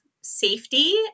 safety